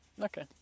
okay